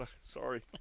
Sorry